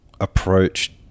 approach